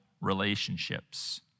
relationships